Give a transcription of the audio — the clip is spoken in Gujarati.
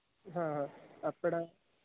હા આપણા